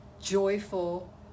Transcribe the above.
joyful